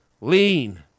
lean